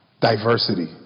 diversity